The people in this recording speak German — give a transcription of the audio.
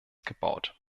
gebaut